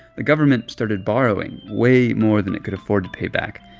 the government started borrowing way more than it could afford to pay back,